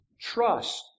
trust